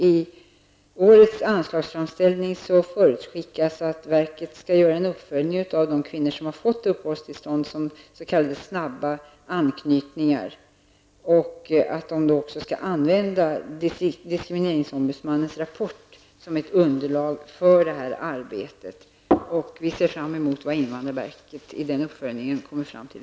I årets anslagsframställning förutskickas att verket skall göra en uppföljning av de kvinnor som har fått uppehållstillstånd som s.k. snabba anknytningar och att man skall använda diskrimineringsombudsmannens rapport som ett underlag för det arbetet. Vi avvaktar i första hand vad invandrarverket i den uppföljningen kommer fram till.